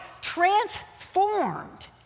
transformed